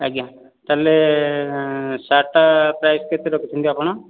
ଆଜ୍ଞା ତା'ହେଲେ ସାର୍ଟଟା ପ୍ରାଇସ୍ କେତେ ରଖିଛନ୍ତି ଆପଣ